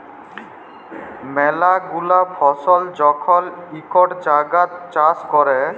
ম্যালা গুলা ফসল যখল ইকই জাগাত চাষ ক্যরে